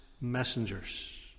messengers